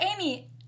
Amy